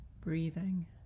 Breathing